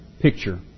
picture